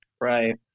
Right